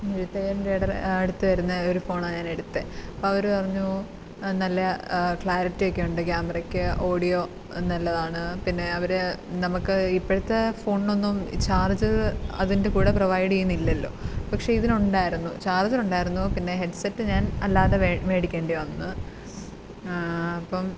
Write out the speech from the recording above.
ഇരുപത്തിയേഴിന്റെ അടുത്ത് വരുന്ന ഒരു ഫോണാണ് ഞാനെടുത്തെ അപ്പോഴവര് പറഞ്ഞു നല്ല ക്ലാരിറ്റിയൊക്കെ ഉണ്ട് ക്യാമറയ്ക്ക് ഓഡിയോ നല്ലതാണ് പിന്നെ അവര് നമ്മള്ക്ക് ഇപ്പഴ്ത്തെ ഫോണിനൊന്നും ചാർജ്ജര് അതിൻ്റെ കൂടെ പ്രൊവൈഡ്യ്യുന്നില്ലല്ലോ പക്ഷേ ഇതിനുണ്ടായിരുന്നു ചാർജ്ജാറുണ്ടായിരുന്നു പിന്നെ ഹെഡ്സെറ്റ് ഞാൻ അല്ലാതെ മേ മേടിക്കണ്ടി വന്നു അപ്പോള്